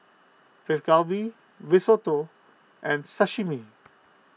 Beef Galbi Risotto and Sashimi